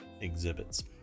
exhibits